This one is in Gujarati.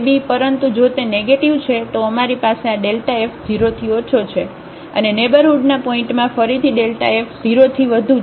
પરંતુ જો તે નેગેટીવ છે તો અમારી પાસે આf 0 થી ઓછો છે અને નેઇબરહુડના પોઇન્ટમાં ફરીથીf 0 થી વધુ છે